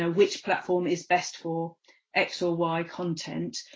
ah which platform is best for x or y content,